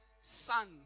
son